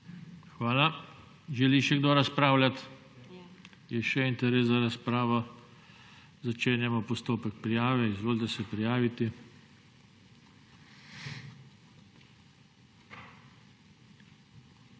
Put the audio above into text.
Hvala. Želi še kdo razpravljati? Je še interes za razpravo. Začenjamo postopek prijave. Izvolite se prijaviti. Besedo